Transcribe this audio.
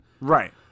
right